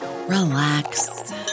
Relax